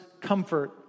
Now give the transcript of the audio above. comfort